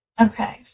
Okay